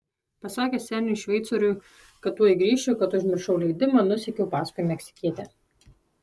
pasakęs seniui šveicoriui kad tuoj grįšiu kad užmiršau leidimą nusekiau paskui meksikietę